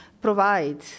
provide